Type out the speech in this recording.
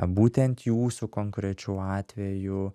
būtent jūsų konkrečiu atveju